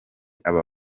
aba